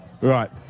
Right